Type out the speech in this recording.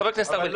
חבר הכנסת ארבל,